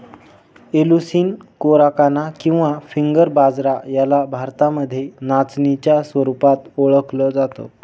Eleusine coracana किंवा finger बाजरा याला भारतामध्ये नाचणीच्या स्वरूपात ओळखल जात